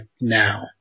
now